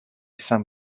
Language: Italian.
san